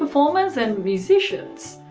performers, and musicians.